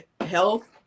health